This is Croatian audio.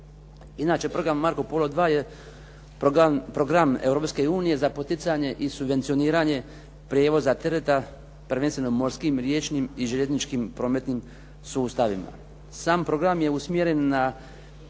Inače, "Marco Polo II" je program Europske unije za poticanje i subvencioniranje prijevoza tereta, prvenstveno morskim, riječnim i željezničkim prometnim sustavima. Sam program je usmjeren na